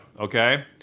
Okay